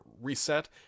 reset